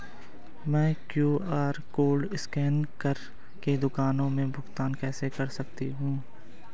मैं QR code scan कर के दुकान में भुगतान कैसे कर सकती हूँ?